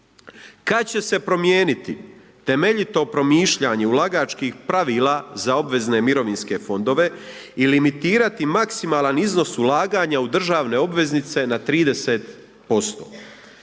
Kad će se promijeniti temeljito promišljanje ulagačkih pravila za obvezne mirovinske fondove i limitirati maksimalan iznos ulaganja državne obveznice na 30%?